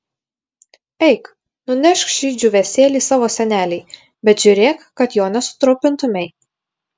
eik nunešk šį džiūvėsėlį savo senelei bet žiūrėk kad jo nesutrupintumei